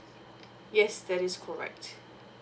yes that is correct